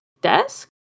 desk